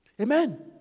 Amen